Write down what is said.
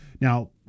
Now